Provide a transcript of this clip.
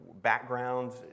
backgrounds